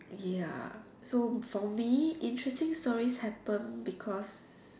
ya so for me interesting stories happen because